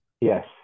Yes